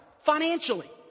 Financially